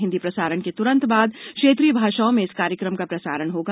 हिंदी प्रसारण के तुरंत बाद क्षेत्रीय भाषाओं में इस कार्यक्रम का प्रसारण होगा